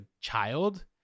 child